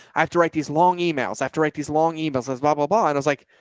i have to write these long emails. i have to write these long emails says, blah, blah, blah. and like